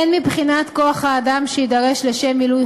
הן מבחינת כוח האדם שיידרש לשם מילוי